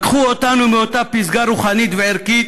לקחו אותנו מאותה פסגה רוחנית וערכית